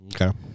Okay